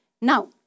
Now